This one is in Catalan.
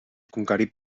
conquerir